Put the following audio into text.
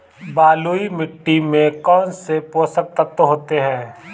बलुई मिट्टी में कौनसे पोषक तत्व होते हैं?